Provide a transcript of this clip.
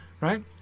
right